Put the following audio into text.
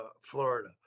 Florida